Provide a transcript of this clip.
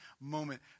moment